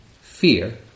fear